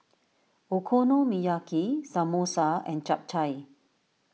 Okonomiyaki Samosa and Japchae